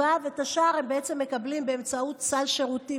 ואת השאר הם מקבלים באמצעות סל שירותים.